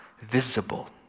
visible